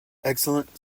excellent